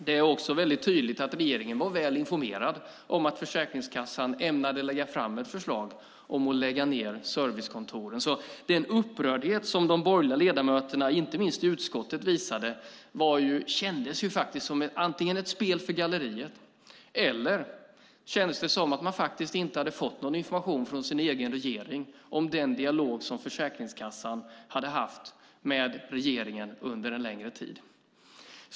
Det är också väldigt tydligt att regeringen var väl informerad om att Försäkringskassan ämnade lägga fram ett förslag om att lägga ned servicekontoren. Den upprördhet som de borgerliga ledamöterna, inte minst i utskottet, visade kändes därför som ett spel för galleriet, eller så kändes det som att de faktiskt inte hade fått någon information från sin egen regering om den dialog som Försäkringskassan hade haft med regeringen under en längre tid.